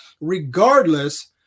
regardless